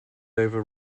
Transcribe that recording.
over